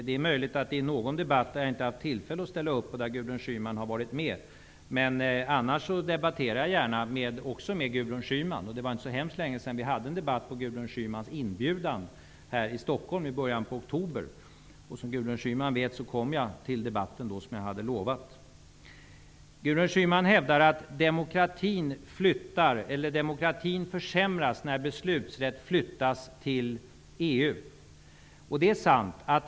Det är möjligt att det har varit någon debatt där jag inte har haft tillfälle att ställa upp och där Gudrun Schyman har varit med. Men annars debatterar jag gärna, också med Gudrun Schyman. Det var inte så länge sedan vi hade en debatt här i Stockholm på Gudrun Schymans inbjudan -- det var i början på oktober. Som Gudrun Schyman vet kom jag till den debatten, som jag hade lovat. Gudrun Schyman hävdar att demokratin försämras när beslutsrätt flyttas till EU.